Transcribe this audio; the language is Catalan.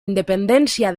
independència